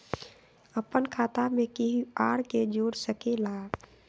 अपन खाता मे केहु आर के जोड़ सके ला?